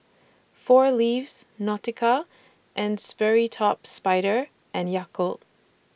four Leaves Nautica and Sperry Top Sider and Yakult